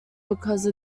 because